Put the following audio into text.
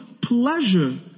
pleasure